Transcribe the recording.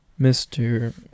Mr